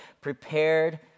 prepared